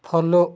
follow